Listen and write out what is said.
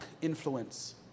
influence